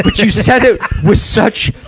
but you said it with such,